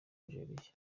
nigeria